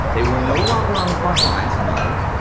they were no longer on the front lines, no,